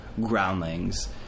Groundlings